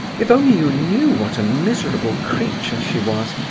if only you knew what a miserable creature she was,